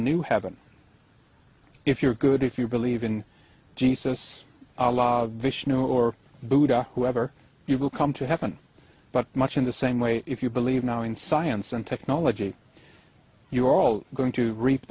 new heaven if you're good if you believe in jesus vishnu or buddha whoever you will come to heaven but much in the same way if you believe now in science and technology you are all going to reap